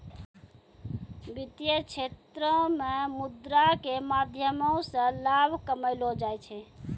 वित्तीय क्षेत्रो मे मुद्रा के माध्यमो से लाभ कमैलो जाय छै